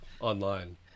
online